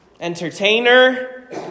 entertainer